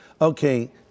Okay